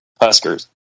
Huskers